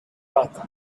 birth